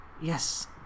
Yes